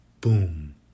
Boom